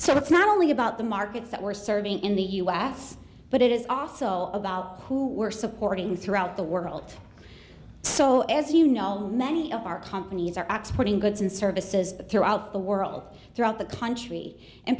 so it's not only about the markets that we're serving in the u s but it is also about who we're supporting throughout the world so as you know many of our companies are x putting goods and services throughout the world throughout the country in